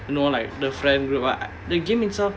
you know like the friend group ah the game itself